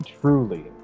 truly